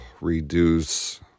reduce